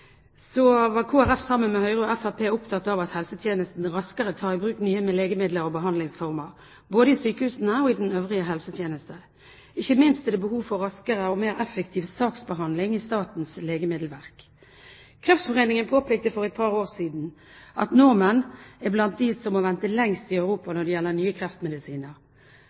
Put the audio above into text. var Kristelig Folkeparti sammen med Høyre og Fremskrittspartiet opptatt av at helsetjenesten raskere tar i bruk nye legemidler og behandlingsformer både i sykehusene og i den øvrige helsetjenesten. Ikke minst er det behov for raskere og mer effektiv saksbehandling i Statens legemiddelverk. Kreftforeningen påpekte for et par år siden at nordmenn er blant dem i Europa som må vente lengst når det gjelder nye kreftmedisiner.